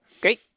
great